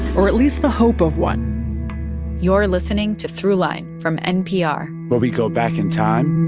or at least the hope of one you're listening to throughline from npr where we go back in time.